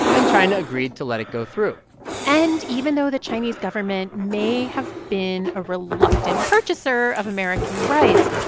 and china agreed to let it go through and even though the chinese government may have been a reluctant purchaser of american rice,